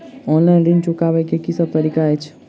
Online ऋण चुकाबै केँ की सब तरीका अछि?